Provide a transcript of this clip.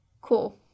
cool